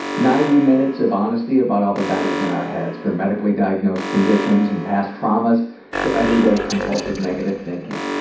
ninety minutes of honesty about all the battles in our heads, from medically-diagnosed conditions and past traumas to everyday compulsive negative thinking.